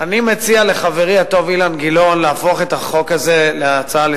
מאלו שלפיהם חושבו הקצבאות מלכתחילה,